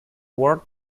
world